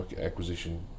acquisition